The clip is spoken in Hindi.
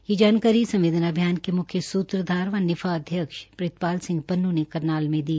यह जानकरी संवेदना अभियान के म्ख्य सूत्रधार व निफ़ा अध्यक्ष प्रीतपाल सिंह पन्न् ने करनाल में दी